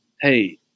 Hey